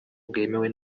bwemewe